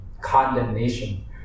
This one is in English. condemnation